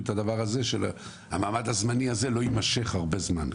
את הדבר הזה שהמעמד הזמני הזה לא יימשך הרבה זמן,